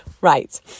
Right